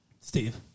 Steve